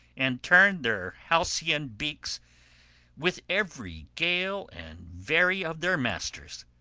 and turn their halcyon beaks with every gale and vary of their masters,